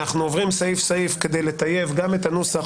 אנחנו עוברים סעיף-סעיף כדי לטייב גם את הנוסח,